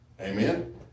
Amen